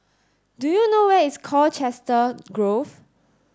do you know where is Colchester Grove